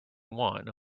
one